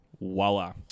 Voila